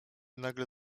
nagle